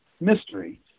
mystery